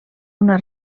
una